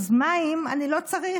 אז מים אני לא צריך,